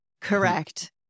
Correct